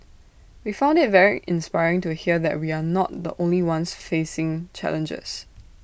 we found IT very inspiring to hear that we are not the only ones facing challenges